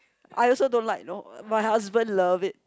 I also don't like know my husband love it